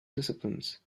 disciplines